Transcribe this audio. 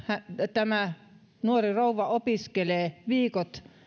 tämä nuori rouva opiskelee viikot